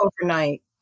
overnight